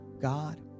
God